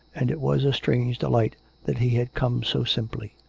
and it was a strange delight that he had come so simply.